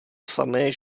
samé